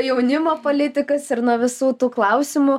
jaunimo politikos ir nuo visų tų klausimų